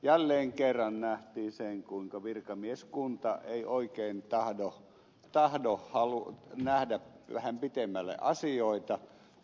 jälleen kerran nähtiin se kuinka virkamieskunta ei oikein tahdo nähdä vähän pitemmälle asioita